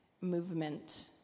movement